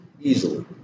Easily